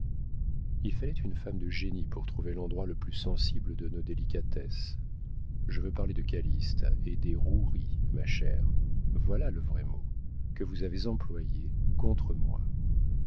il fallait une femme de génie pour trouver l'endroit le plus sensible de nos délicatesses je veux parler de calyste et des roueries ma chère voilà le vrai mot que vous avez employées contre moi